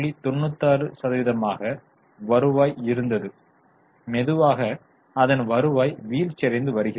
96 சதவிகிதமாக வருவாய் இருந்தது மெதுவாக அதன் வருவாய் வீழ்ச்சியடைந்து வருகிறது